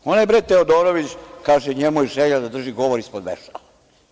Onaj Teodorović kaže njemu je želja da drži govor ispod vešala.